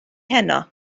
heno